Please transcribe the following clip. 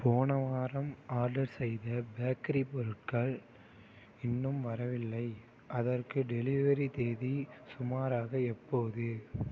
போன வாரம் ஆர்டர் செய்த பேக்கரி பொருட்கள் இன்னும் வரவில்லை அதற்கு டெலிவரி தேதி சுமாராக எப்போது